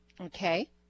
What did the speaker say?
okay